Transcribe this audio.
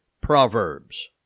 proverbs